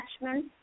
attachment